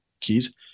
keys